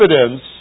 evidence